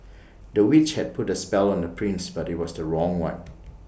the witch had put A spell on the prince but IT was the wrong one